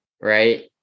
Right